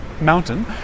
mountain